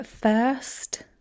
first